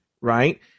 right